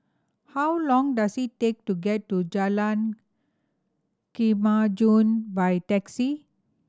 how long does it take to get to Jalan Kemajuan by taxi